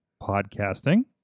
podcasting